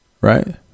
Right